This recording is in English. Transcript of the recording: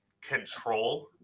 control